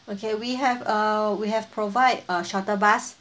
okay we have uh we have provide a shuttle bus